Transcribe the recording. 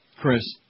Chris